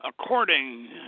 According